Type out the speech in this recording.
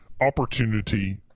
opportunity